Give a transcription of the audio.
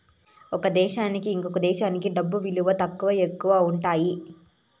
ఒక దేశానికి ఇంకో దేశంకి డబ్బు విలువలో తక్కువ, ఎక్కువలు ఉంటాయి